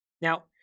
Now